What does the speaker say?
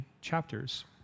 chapters